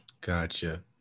gotcha